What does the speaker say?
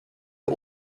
der